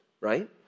right